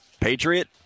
Patriot